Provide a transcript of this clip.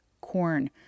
corn